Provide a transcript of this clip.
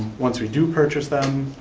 once we do purchase them,